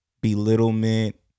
belittlement